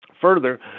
Further